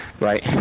right